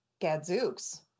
gadzooks